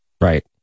Right